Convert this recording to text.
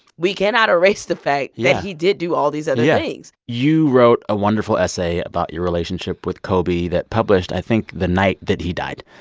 we cannot erase the fact that he did do all these other things you wrote a wonderful essay about your relationship with kobe that published, i think, the night that he died.